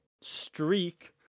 streak